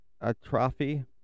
atrophy